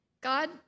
God